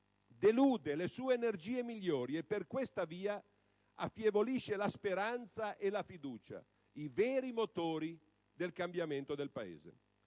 delude le sue energie migliori e per questa via affievolisce la speranza e la fiducia, i veri motori del cambiamento del Paese.